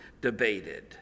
debated